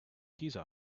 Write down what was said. giza